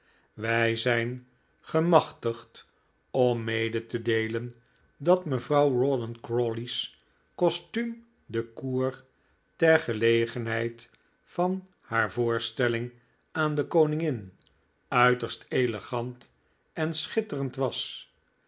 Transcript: wij zijn gemachtigd om mede te deelen dat mevrouw raw don crawley's costume de cour ter gelegenheid van haar voorstelling aan de koningin uiterst elegant en schitterend was